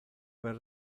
per